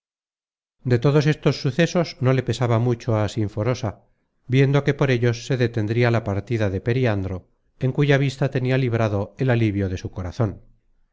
de todos estos sucesos no le pesaba mucho á sinforosa viendo que por ellos se detendria la partida de periandro en cuya vista tenia librado el alivio de su corazon